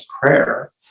prayer